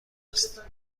است